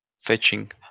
fetching